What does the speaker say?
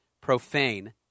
profane